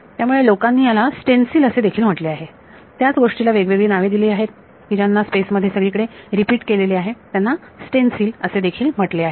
त्यामुळे लोकांनी याला स्टेन्सिल असे देखील म्हटले आहे त्याच गोष्टीला वेगवेगळी नावे दिलेली आहेत की ज्यांना स्पेस मध्ये सगळीकडे रिपीट केलेले आहे त्यांना स्टेन्सिल असे देखील म्हटले आहे